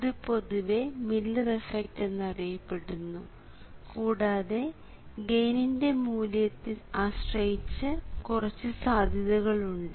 ഇത് പൊതുവെ Miller effect എന്നറിയപ്പെടുന്നു കൂടാതെ ഗെയിനിന്റെ മൂല്യത്തെ ആശ്രയിച്ച് കുറച്ച് സാധ്യതകളുണ്ട്